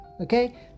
okay